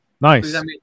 nice